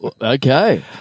Okay